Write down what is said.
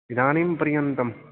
इदानीं पर्यन्तं